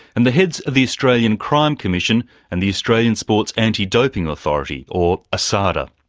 and the heads of the australian crime commission and the australian sports anti-doping authority, or asada.